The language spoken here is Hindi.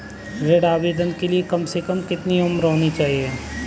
ऋण आवेदन के लिए कम से कम कितनी उम्र होनी चाहिए?